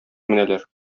менәләр